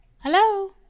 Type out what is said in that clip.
Hello